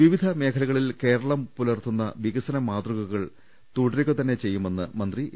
വിവിധ മേഖലകളിൽ കേർളം പുലർത്തുന്ന വികസന മാതൃകകൾ തുട രുകതന്നെ ചെയ്യുമെന്ന് മന്ത്രി എ